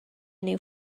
new